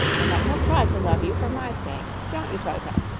and that he'll try to love you for my sake. don't you, toto?